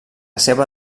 seva